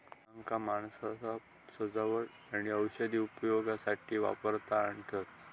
फुलांका माणसा सजावट आणि औषधी उपयोगासाठी वापरात आणतत